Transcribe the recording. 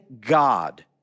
God